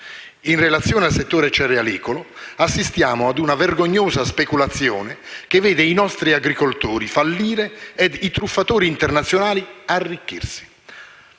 In relazione al settore cerealicolo assistiamo ad una vergognosa speculazione che vede i nostri agricoltori fallire e i truffatori internazionali arricchirsi.